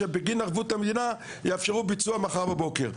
שבגין ערבות המדינה יאפשרו ביצוע מחר בבוקר,